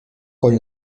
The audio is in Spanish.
con